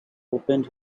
opened